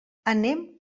anem